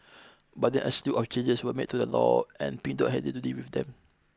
but then a slew of changes were made to the law and Pink Dot had to deal with them